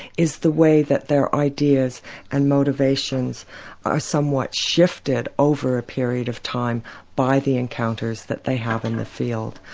is the way that their ideas and motivations are somewhat shifted over a period of time by the encounters that they have in the field.